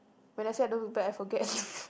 when I say I don't look back I forget